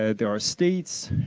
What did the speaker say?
ah there are states,